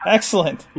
Excellent